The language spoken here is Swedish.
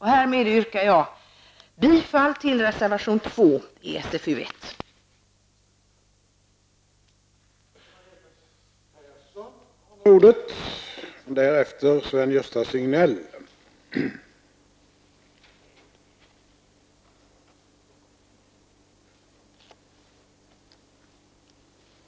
Härmed yrkar jag bifall till reservation 2 i socialförsäkringsutskottets betänkande 1.